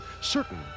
certain